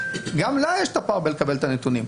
גם לה יש פער בקבלת נתונים.